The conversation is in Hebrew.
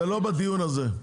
זה לא בדיון הזה.